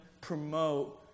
promote